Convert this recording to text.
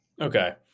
Okay